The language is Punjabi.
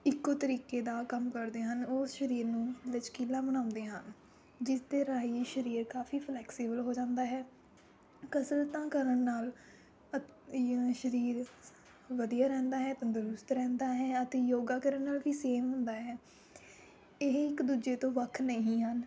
ਇੱਕੋ ਤਰੀਕੇ ਦਾ ਕੰਮ ਕਰਦੇ ਹਨ ਉਹ ਸਰੀਰ ਨੂੰ ਲਚਕੀਲਾ ਬਣਾਉਂਦੇ ਹਨ ਜਿਸ ਦੇ ਰਾਹੀਂ ਸਰੀਰ ਕਾਫ਼ੀ ਫਲੈਕਸੀਵਲ ਹੋ ਜਾਂਦਾ ਹੈ ਕਸਰਤਾਂ ਕਰਨ ਨਾਲ ਅ ਸਰੀਰ ਵਧੀਆ ਰਹਿੰਦਾ ਹੈ ਤੰਦਰੁਸਤ ਰਹਿੰਦਾ ਹੈ ਅਤੇ ਯੋਗਾ ਕਰਨ ਨਾਲ ਵੀ ਸੇਮ ਹੁੰਦਾ ਹੈ ਇਹ ਇੱਕ ਦੂਜੇ ਤੋਂ ਵੱਖ ਨਹੀਂ ਹਨ